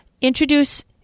introduce